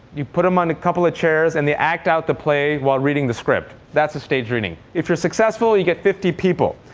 you put them on a couple of chairs, and they act out the play while reading the script. that's a staged reading. if you're successful, you get fifty people.